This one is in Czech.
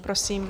Prosím.